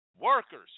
workers